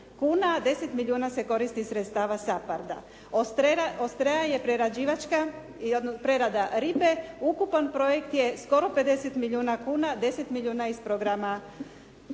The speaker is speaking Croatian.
10 milijuna se koristi iz sredstava SAPARD. Ostrea je je prerađivačka, prerada ribe, ukupan projekt je skoro 50 milijuna kuna, 10 milijuna iz programa